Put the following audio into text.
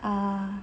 ah